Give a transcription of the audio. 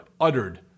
uttered